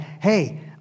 hey